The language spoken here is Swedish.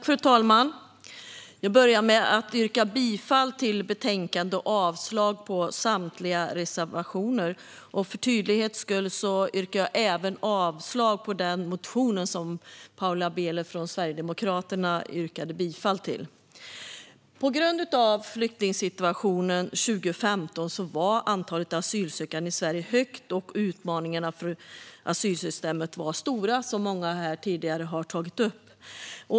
Fru talman! Jag börjar med att yrka bifall till utskottets förslag och avslag på samtliga reservationer. För tydlighetens skull yrkar jag även avslag på den motion som Paula Bieler från Sverigedemokraterna yrkade bifall till. På grund av flyktingsituationen 2015 var antalet asylsökande i Sverige högt och utmaningarna för asylsystemet stora, som många här tidigare har tagit upp.